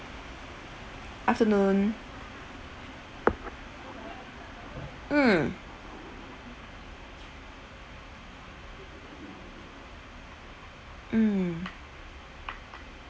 afternoon mm mm